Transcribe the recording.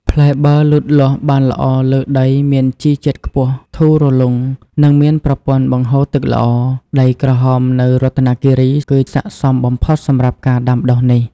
ផ្លែបឺរលូតលាស់បានល្អលើដីមានជីជាតិខ្ពស់ ធូររលុង និងមានប្រព័ន្ធបង្ហូរទឹកល្អ។ ដីក្រហមនៅរតនគិរីគឺស័ក្តិសមបំផុតសម្រាប់ការដាំដុះនេះ។